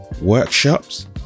workshops